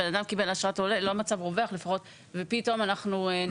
שבן אדם קיבל אשרת עולה ופתאום אנחנו נסרב לו.